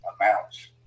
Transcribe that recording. amounts